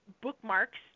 bookmarks